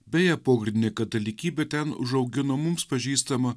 beje pogrindinė katalikybė ten užaugino mums pažįstamą